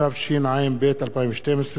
התשע"ב-2012,